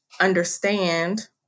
understand